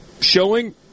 showing